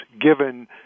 given